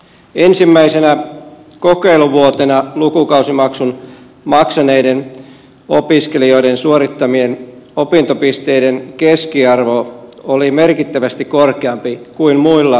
ensimmäisenä kokeiluvuotena lukukausimaksun maksaneiden opiskelijoiden suorittamien opintopisteiden keskiarvo oli merkittävästi korkeampi kuin muilla opiskelijoilla